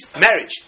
marriage